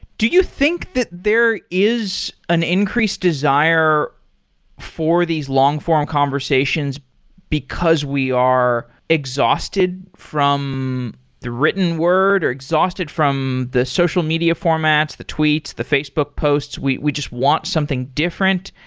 do you think that there is an increased increased desire for these long form conversations because we are exhausted from the written word or exhausted from the social media formats, the tweets, the facebook posts? we we just want something different.